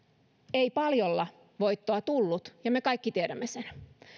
ei paljolla voittoa tullut ja me kaikki tiedämme sen